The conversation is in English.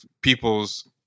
people's